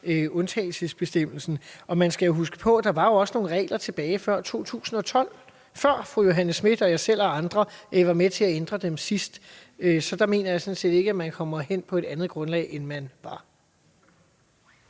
undtagelsesbestemmelsen. Og man skal jo huske på, at der også var nogle regler tilbage før 2012, før fru Johanne Schmidt-Nielsen og jeg selv og andre var med til at ændre dem sidst. Så jeg mener sådan set ikke, at man kommer hen på et andet grundlag, end man var.